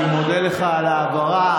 אני מודה לך על ההבהרה.